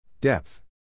Depth